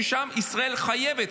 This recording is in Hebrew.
ששם ישראל חייבת,